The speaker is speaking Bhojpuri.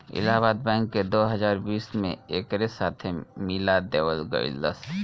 इलाहाबाद बैंक के दो हजार बीस में एकरे साथे मिला देवल गईलस